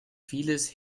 vieles